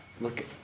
look